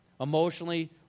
emotionally